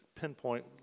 pinpoint